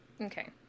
Okay